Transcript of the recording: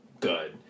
good